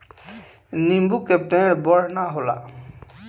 नीबू के पेड़ बड़ ना होला